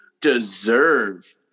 deserve